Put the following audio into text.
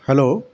hello